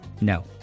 No